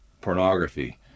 pornography